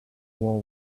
war